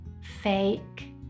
fake